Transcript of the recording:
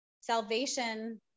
Salvation